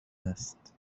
است